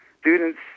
students